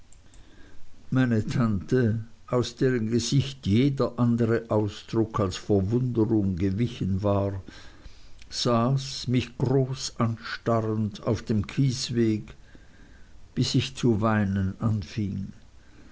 meine tante aus deren gesicht jeder andere ausdruck als verwunderung gewichen war saß mich groß anstarrend auf dem kiesweg bis ich zu weinen anfing